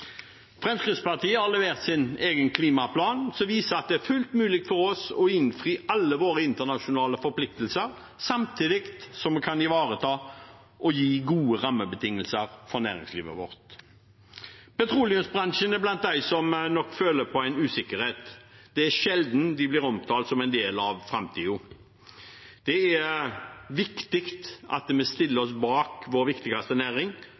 Fremskrittspartiet har levert sin egen klimaplan, som viser at det er fullt mulig for oss å innfri alle våre internasjonale forpliktelser, samtidig som vi kan ivareta og gi gode rammebetingelser for næringslivet vårt. Petroleumsbransjen er blant dem som nok føler på usikkerhet. Det er sjelden de blir omtalt som en del av framtiden. Det er viktig at vi stiller oss bak vår viktigste næring,